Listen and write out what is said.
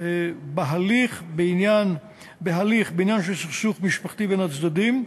בהליך בעניין של סכסוך משפחתי בין הצדדים,